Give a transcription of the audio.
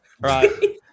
Right